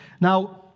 Now